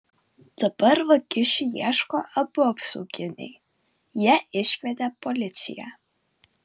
dabar vagišių ieško abu apsauginiai jie iškvietė policiją